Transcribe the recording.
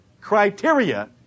criteria